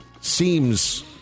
seems